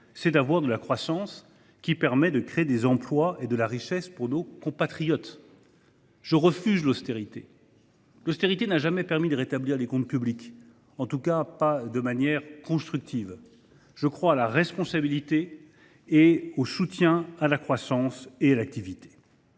c’est d’avoir de la croissance, laquelle permet de créer des emplois et de la richesse pour nos compatriotes. Je refuse l’austérité, car elle n’a jamais permis de rétablir les comptes publics, en tout cas pas de manière constructive. Je crois à la responsabilité, ainsi qu’au soutien à la croissance et à l’activité.